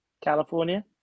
California